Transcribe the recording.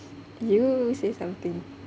you say something